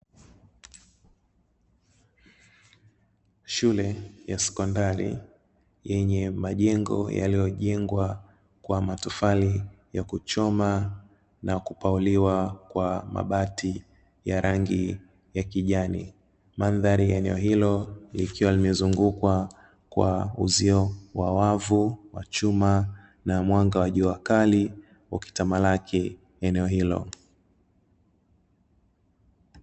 Shule ya sekondari yenye majengo yaliyojengwa kwa matofali ya kuchoma na kupauliwa kwa mabati ya rangi ya kijani. Mandhari ya eneo hilo likiwa limezungukwa kwa uzio wa wavu wa chuma na mwanga wa jua kali ukitamalaki eneo hilo.